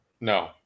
No